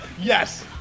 Yes